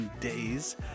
Days